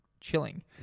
chilling